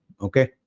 Okay